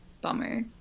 Bummer